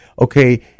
Okay